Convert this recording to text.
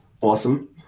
Awesome